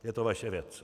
Je to vaše věc.